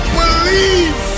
believe